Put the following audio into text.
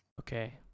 Okay